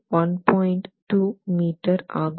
2 metre ஆகும்